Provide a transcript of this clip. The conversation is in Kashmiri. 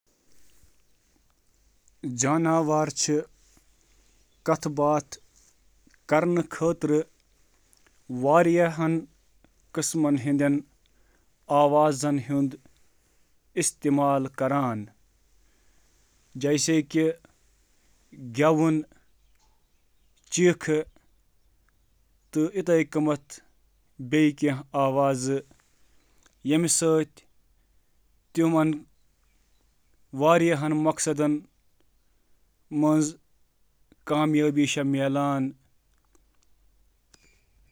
واریاہ طریقہٕ چھِ یِمَو سۭتۍ جاناوار اکھ أکِس سۭتۍ کتھ باتھ چھِ کران۔ تِم چھِ یا تہِ گٮ۪وان، کتھ کران، نژان، کڈل کران یا اکھ أکِس سۭتۍ لڑان۔